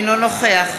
אינו נוכח